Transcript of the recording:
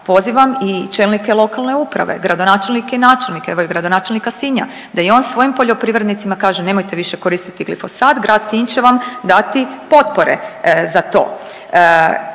Pozivam i čelnike lokalne uprave, gradonačelnike i načelnike, evo i gradonačelnika Sinja da i on svojim poljoprivrednicima kaže nemojte više koristit glifosat, grad Sinj će vam dati potpore za to.